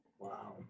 Wow